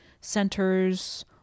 centers